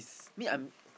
me I'm